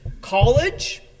college